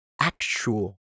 actual